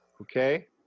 okay